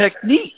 technique